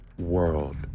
world